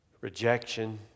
rejection